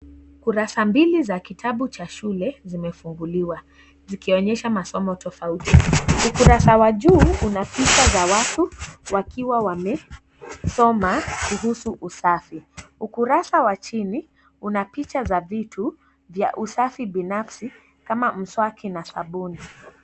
Kurasa mbili za kitabu cha shule zimefunguliwa zikionyesha masomo tofauti. Ukurasa wa juu una picha za watu wakiwa wamesoma kuhusu usafi. Ukurasa wa chini una picha za vitu vya usafi binafsi kama mswaki na sabuni.